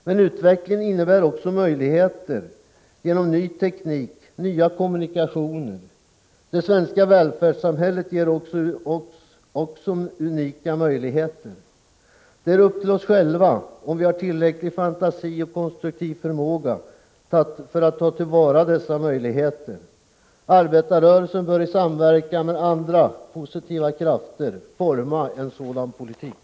Men utvecklingen innebär också möjligheter genom ny teknik, nya komunikationer. Det svenska välfärdssamhället ger oss även unika möjligheter. Det är upp till oss själva, om vi har tillräcklig fantasi och tillräcklig konstruktiv förmåga att ta till vara dessa möjligheter. Arbetarrörelsen bör i samverkan med andra positiva krafter forma en sådan politik.